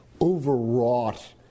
overwrought